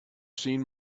seen